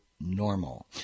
Normal